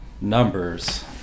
numbers